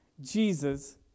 Jesus